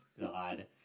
God